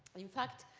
in fact,